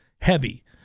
heavy